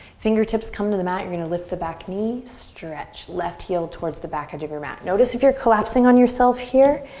fingertips come to the mat. you're gonna lift the back knee. stretch left heel towards the back edge of your mat. notice if you're collapsing on yourself here.